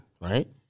right